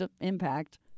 impact